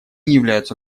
являются